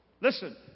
listen